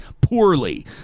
poorly